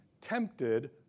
tempted